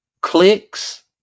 clicks